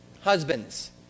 Husbands